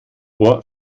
ohr